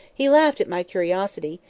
he laughed at my curiosity,